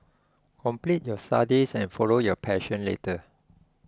complete your studies and follow your passion later